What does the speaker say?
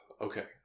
okay